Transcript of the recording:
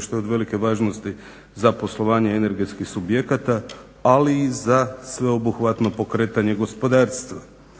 što je od velike važnosti za poslovanje energetskih subjekata, ali i za sveobuhvatno pokretanje gospodarstva.